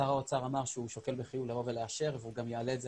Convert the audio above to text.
שר האוצר אמר שהוא שוקל בחיוב לאשר והוא גם יעלה את זה